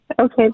Okay